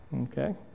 Okay